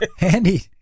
Andy